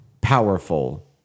powerful